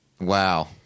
Wow